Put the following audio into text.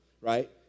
right